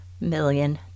million